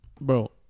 bro